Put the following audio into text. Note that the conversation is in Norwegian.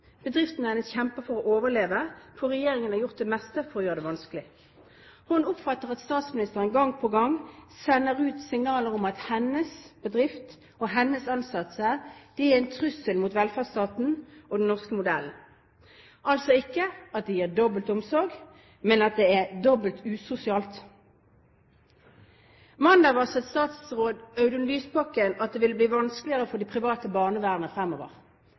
for å overleve, for regjeringen har gjort det meste for å gjøre det vanskelig. Hun oppfatter at statsministeren gang på gang sender ut signaler om at hennes bedrift og hennes ansatte er en trussel mot velferdsstaten og den norske modellen – altså ikke at de gir dobbelt omsorg, men at det er dobbelt usosialt. Mandag varslet statsråd Audun Lysbakken at det vil bli vanskeligere for det private barnevernet fremover.